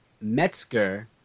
Metzger